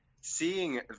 seeing